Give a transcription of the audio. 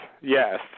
Yes